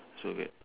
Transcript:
so okay